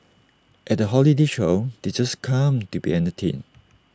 at the holiday show they just come to be entertained